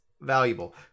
valuable